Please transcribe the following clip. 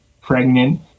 pregnant